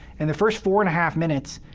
and the first four and a half minutes,